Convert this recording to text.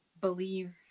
believe